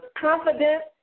confidence